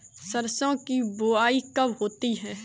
सरसों की बुआई कब होती है?